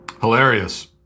Hilarious